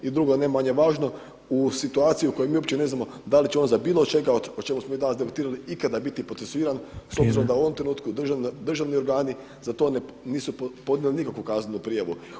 I drugo, ne manje važno u situaciju u kojoj mi uopće ne znamo da li će on za bilo od čega o čemu smo mi danas debatirali ikada biti procesuiran s obzirom da u ovom trenutku državni organi za to nisu ponijeli nikakvu kaznenu prijavu.